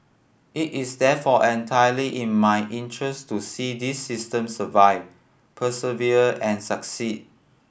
it is therefore entirely in my interest to see this system survive persevere and succeed